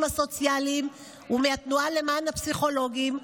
הסוציאליים וגם מהתנועה למען הפסיכולוגים.